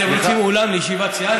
אתם רוצים אולם לישיבת סיעה?